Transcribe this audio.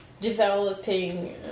developing